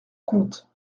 compte